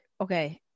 okay